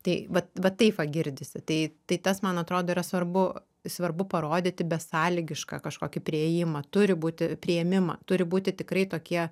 tai vat va taip va girdisi tai tai tas man atrodo yra svarbu svarbu parodyti besąlygišką kažkokį priėjimą turi būti priėmimą turi būti tikrai tokie